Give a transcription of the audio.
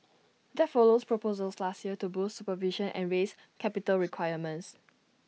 that follows proposals last year to boost supervision and raise capital requirements